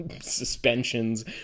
suspensions